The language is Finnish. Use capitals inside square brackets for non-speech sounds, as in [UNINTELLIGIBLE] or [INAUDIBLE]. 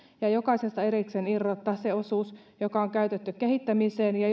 ja jokaisesta erikseen irrottaa se osuus joka on käytetty kehittämiseen ja [UNINTELLIGIBLE]